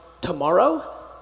tomorrow